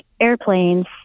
airplanes